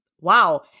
wow